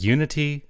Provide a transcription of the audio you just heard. Unity